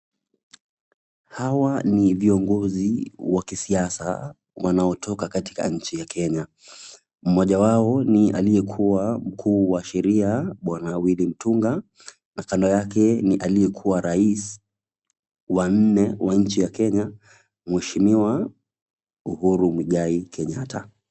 Hawa ni viongozi wa kisiasa wanaotoka katika nchi ya Kenya. Mmoja wao ni aliyekuwa mkuu wa sheria bwana Wili Mtunga, kando yake ni aliyekuwa rais wa nne wa nchi ya Kenya, Mheshimiwa Uhuru Mwigai Kenyatta.